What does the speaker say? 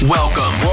Welcome